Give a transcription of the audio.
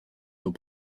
nos